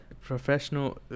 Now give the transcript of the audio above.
Professional